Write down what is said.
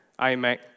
iMac